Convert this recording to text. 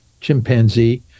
chimpanzee